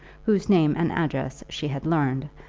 whose name and address she had learned,